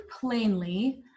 plainly